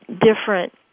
different